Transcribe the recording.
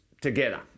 together